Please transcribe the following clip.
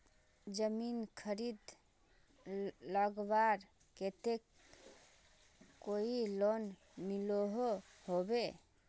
जमीन खरीद लगवार केते कोई लोन मिलोहो होबे?